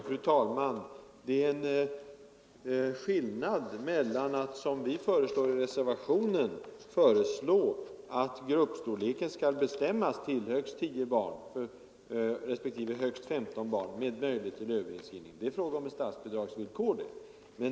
Fru talman! Vi föreslår i reservationen att gruppstorleken skall bestämmas till högst 10 barn respektive högst 15 barn med möjlighet till överinskrivning. Det är fråga om ett statsbidragsvillkor.